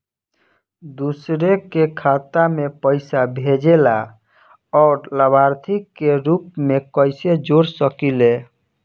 दूसरे के खाता में पइसा भेजेला और लभार्थी के रूप में कइसे जोड़ सकिले?